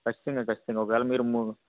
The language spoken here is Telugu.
ఖచ్చితంగ ఖచ్చితంగ ఒకవేళ మీరు ము